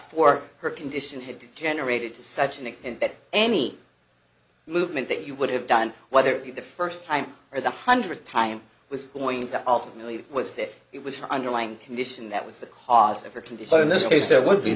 for her condition had generated to such an extent that any movement that you would have done whether it be the first time or the hundredth time was going to ultimately was that it was her underlying condition that was the cause of her to do so in this case there would be